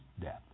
death